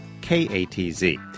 K-A-T-Z